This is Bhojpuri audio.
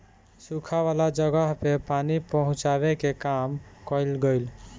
सुखा वाला जगह पे पानी पहुचावे के काम कइल गइल